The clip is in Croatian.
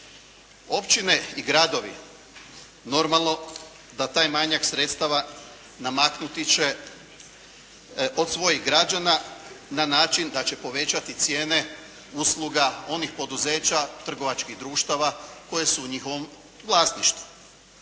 Općine i gradovi normalno da taj manjak sredstava namaknuti će od svojih građana na način da će povećati cijene usluga onih poduzeća, trgovačkih društava koje su u njihovom vlasništvu.